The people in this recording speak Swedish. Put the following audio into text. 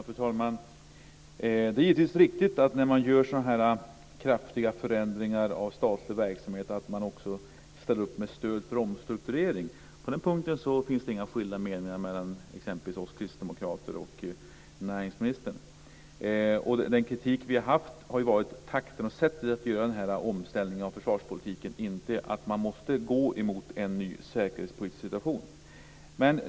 Fru talman! Det är givetvis riktigt att när man gör så här kraftiga förändringar av statlig verksamhet ställer man också upp med stöd för omstrukturering. På den punkten finns det inga skilda meningar mellan oss kristdemokrater och näringsministern. Det vi har kritiserat är takten och sättet att göra omställningen av försvarspolitiken, inte att man måste gå mot en ny säkerhetspolitisk situation.